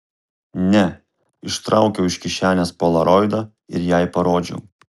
ne ištraukiau iš kišenės polaroidą ir jai parodžiau